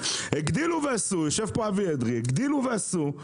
הגדילו ועשו,